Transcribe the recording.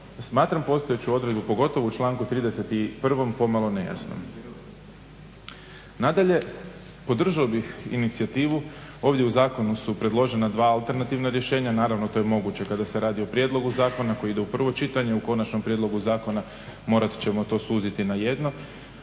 smatram postojeću odredbu pogotovo u članku 31.pomalo nejasno. Nadalje podržao bih inicijativu ovdje u zakonu su predložena dva alternativna rješenja naravno to je moguće kada se radi o prijedlogu zakona koji ide u prvo čitanje u konačnom prijedlogu zakona morat ćemo to suziti na jedno